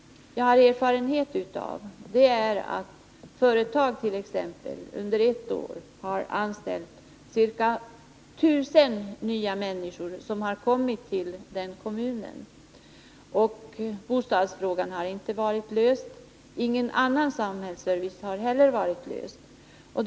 Jag har erfarenhet av att företag i en kommun har anställt ca 1000 nya människor. Men bostadsfrågan har inte varit löst för Nr 50 dem, och inte heller annan samhällsservice har varit ordnad.